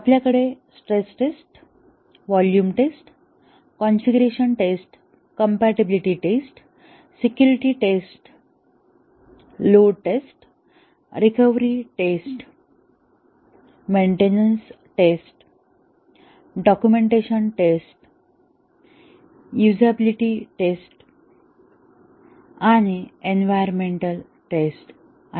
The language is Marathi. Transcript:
आपल्याकडे stress test volume test configuration test compatibility test security test load test recovery test maintenance test documentation test usability test आणि इंवीरोन्मेन्ट टेस्ट आहेत